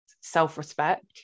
self-respect